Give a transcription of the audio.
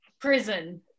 prison